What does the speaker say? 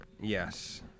yes